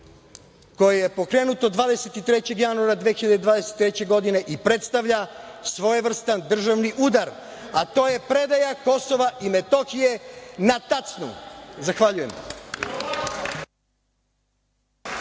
koje je pokrenuto 23. januara 2023. godine i predstavlja svojevrstan državni udar, a to je predaja Kosova i Metohije na tacnu. Zahvaljujem.